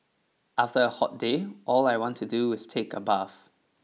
after a hot day all I want to do is take a bath